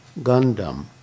Gundam